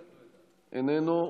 איננו,